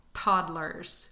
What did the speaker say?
toddlers